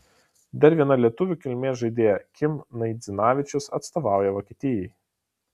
dar viena lietuvių kilmės žaidėja kim naidzinavičius atstovauja vokietijai